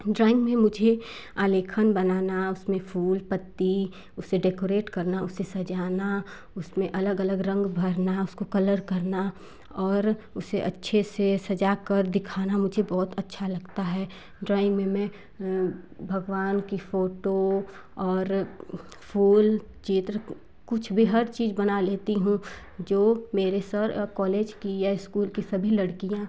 drawing में मुझे आलेखन बनाना उसमें फूल पत्ती उसे डेकोरेट करना उसे सजाना उसमें अलग अलग रंग भरना उसको कलर करना और उसे अच्छे से सजा कर दिखाना मुझे बहुत अच्छा लगता है ड्राॅइंग में मैं भगवान की फ़ोटो और फूल चित्र कुछ भी हर चीज बना लेती हूँ जो मेरे सर कॉलेज की या स्कूल की सभी लड़कियाँ